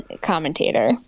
commentator